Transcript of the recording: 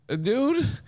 dude